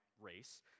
race